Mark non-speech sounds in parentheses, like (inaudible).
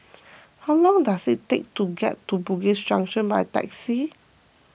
(noise) how long does it take to get to Bugis Junction by taxi